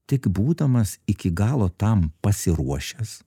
tik būdamas iki galo tam pasiruošęs